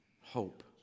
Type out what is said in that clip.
hope